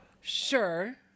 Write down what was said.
Sure